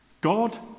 God